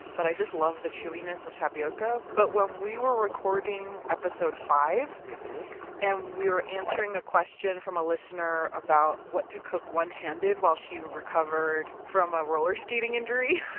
but i just love the chewiness of tapioca, but when we were recording episode five and we were answering a question from a listener about what to cook one handed while she recovered from a rollerskating injury,